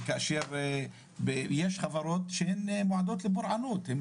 יש חברות שמועדות לפורענות,